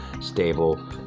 Stable